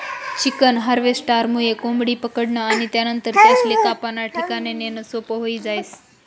chicken हार्वेस्टरमुये कोंबडी पकडनं आणि त्यानंतर त्यासले कापाना ठिकाणे नेणं सोपं व्हयी जास